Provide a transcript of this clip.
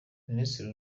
minisitiri